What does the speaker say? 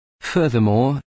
Furthermore